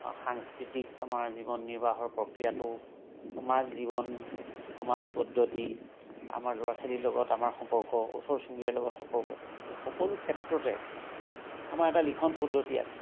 সাংস্কৃতিক আমাৰ জীৱন নিৰ্বাহৰ প্ৰক্ৰিয়াটো সমাজ জীৱন সমাজ পদ্ধতি আমাৰ ল'ৰা ছোৱালীৰ লগত আমাৰ সম্পৰ্ক ওচৰ চুবুৰীয়াৰ লগত সম্পৰ্ক এই সকলো ক্ষেত্ৰতে আমাৰ এটা লিখন পদ্ধতি আছে